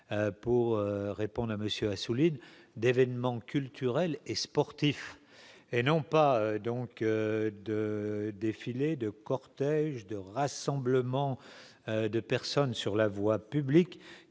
Pau répond. Monsieur Assouline d'événements culturels et sportifs, et non pas donc de défilés de cortège de rassemblement de personnes sur la voie publique,